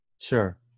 Sure